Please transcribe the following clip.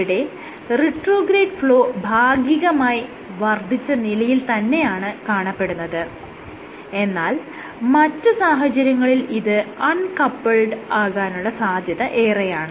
ഇവിടെ retrograde flow ഭാഗികമായി വർദ്ധിച്ച നിലയിൽ തന്നെയാണ് കാണപ്പെടുന്നത് എന്നാൽ മറ്റ് സാഹചര്യങ്ങളിൽ ഇത് അൺകപ്പിൾഡ് ആകാനുള്ള സാധ്യത ഏറെയാണ്